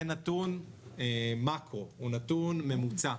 זה נתון מקרו, הוא נתון ממוצע.